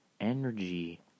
energy